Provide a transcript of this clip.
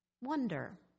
Wonder